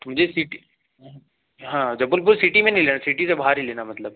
तो मुझे सिटी हाँ जबलपुर सिटी में नहीं लेना सिटी से बाहर ही लेना है मतलब